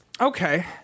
Okay